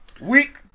Week